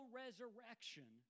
resurrection